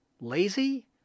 Lazy